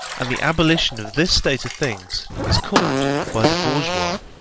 and the abolition of this state of things is called by the bourgeois,